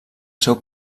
seu